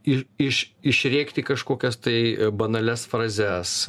i iš iš išrėkti kažkokias tai banalias frazes